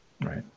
right